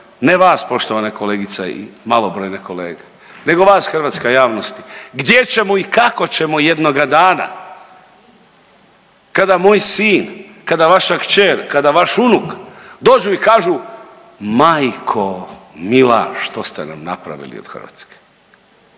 ne vas poštovane kolegice i malobrojne kolege, nego vas hrvatska javnosti gdje ćemo i kako ćemo jednoga dana kada moj sin, kada vaša kćer, kada vaš unuk dođu i kažu majko mila što ste nam napravili od Hrvatske.